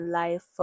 life